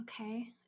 Okay